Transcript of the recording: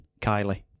Kylie